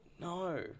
No